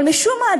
אבל משום מה,